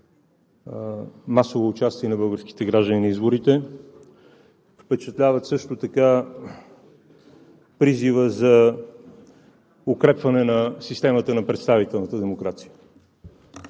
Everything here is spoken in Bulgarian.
масово участие на българските граждани на изборите, впечатлява също така призивът за укрепване на системата на представителната демокрация.